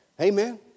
Amen